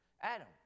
Adam